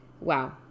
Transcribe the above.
wow